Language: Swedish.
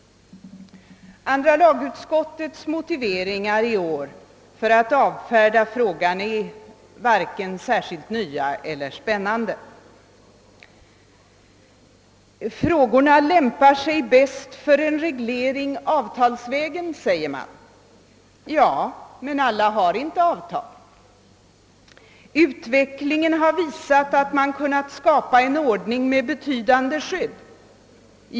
Andra lagutskottets motiveringar i år för att avfärda frågan är varken särskilt nya eller särskilt spännande. Frågorna lämpar sig bäst för en reglering avtalsvägen, anför utskottsmajoriteten. Ja, men alla har inte avtal. Utvecklingen har visat att man kunnat skapa en ordning med betydande skydd, framhåller utskottsmajoriteten vidare.